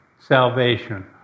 salvation